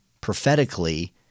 prophetically